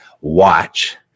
watch